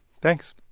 Thanks